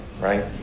right